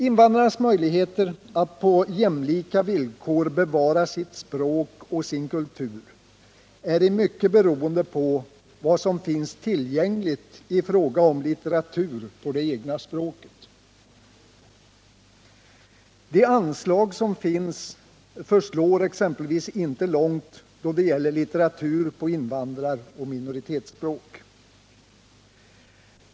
Invandrarnas möjligheter att på jämlika villkor bevara sitt språk och sin kultur är i mycket beroende på vad som finns tillgängligt i fråga om litteratur på det egna språket. Det anslag som finns förslår exempelvis inte långt då det gäller litteratur på invandraroch minoritetsspråk.